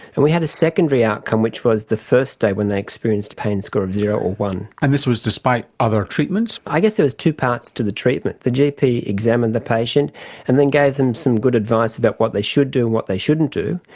and we had a secondary outcome which was the first day when they experienced a pain score of zero or one. and this was despite other treatments? i guess there was two parts to the treatment. the gp examined the patient and then gave them some good advice about what they should do and what they shouldn't do.